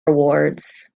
rewards